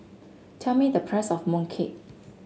tell me the price of Mooncake